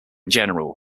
general